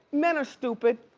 men are stupid,